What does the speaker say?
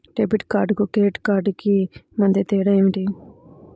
Debit కార్డుకు credit credit కార్డుకు మధ్య తేడా ఏమిటీ?